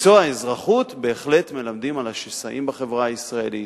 במקצוע האזרחות בהחלט מלמדים על השסעים בחברה הישראלית,